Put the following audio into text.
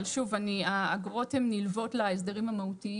אבל שוב, האגרות הן נלוות להסדרים המהותיים.